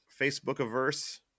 Facebook-averse